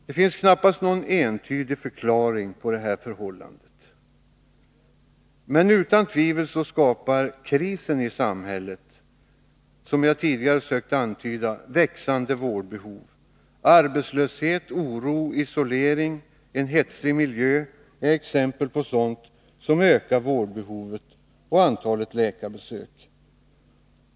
Det finns knappast någon entydig förklaring på detta förhållande, men utan tvivel skapar krisen i samhället, såsom jag tidigare sökt antyda, växande vårdbehov. Arbetslöshet, oro, isolering, en hetsig miljö är exempel på sådant som ökar vårdbehovet och antalet läkarbesök.